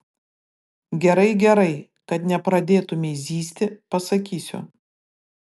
gerai gerai kad nepradėtumei zyzti pasakysiu